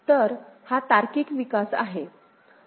तर हा तार्किक विकास आहे